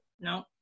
No